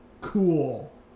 Cool